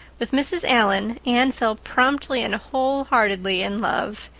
with mrs. allan anne fell promptly and wholeheartedly in love.